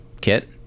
kit